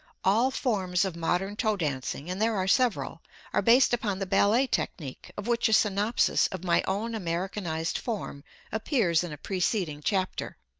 all forms of modern toe dancing and there are several are based upon the ballet technique, of which a synopsis of my own americanized form appears in a preceding chapter.